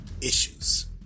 issues